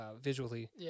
visually